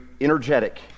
energetic